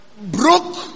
broke